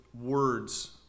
words